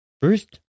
First